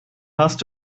hast